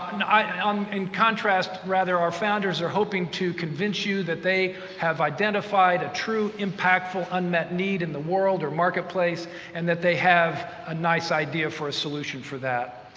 um in contrast, rather, our founders are hoping to convince you that they have identified a true, impactful unmet need in the world or marketplace and that they have a nice idea for a solution for that.